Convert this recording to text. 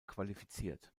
qualifiziert